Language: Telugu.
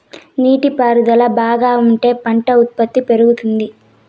నీటి పారుదల బాగా ఉంటే పంట ఉత్పత్తి పెరుగుతుంది